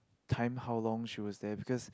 time how long she was there because